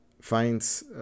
finds